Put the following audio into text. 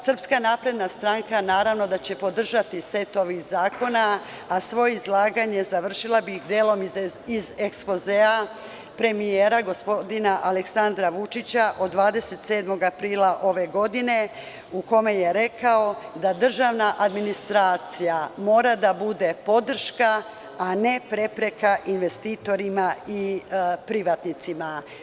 Srpska napredna stranka naravno da će podržati set ovih zakona, a svoje izlaganje završila bih delom iz ekspozea premijera gospodina Aleksandra Vučića, od 27. aprila ove godine, u kome je rekao da državna administracija mora da bude podrška, a ne prepreka investitorima i privatnicima.